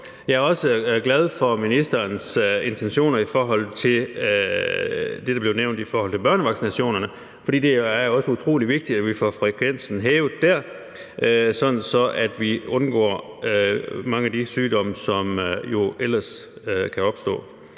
Jeg er også glad for ministerens intentioner i forbindelse med det, der blev nævnt om børnevaccinationerne, for det er også utrolig vigtigt, at vi får frekvensen hævet dér, sådan at vi undgår mange af de sygdomme, som jo ellers kan opstå.